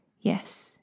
Yes